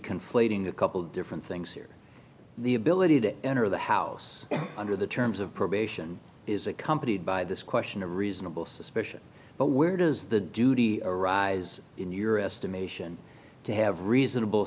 conflating a couple different things here the ability to enter the house under the terms of probation is accompanied by this question a reasonable suspicion but where does the duty arise in your estimation to have reasonable